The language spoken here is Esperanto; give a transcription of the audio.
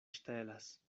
ŝtelas